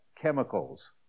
chemicals